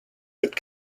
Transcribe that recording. but